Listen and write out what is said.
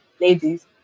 ladies